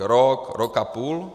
Rok, rok a půl.